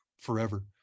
forever